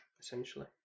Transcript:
Essentially